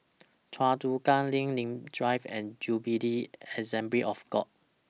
Choa Chu Kang LINK Nim Drive and Jubilee Assembly of God